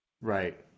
Right